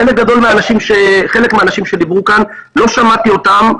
לא שמעתי חלק מהאנשים שדיברו כאן,